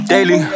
Daily